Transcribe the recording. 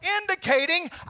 indicating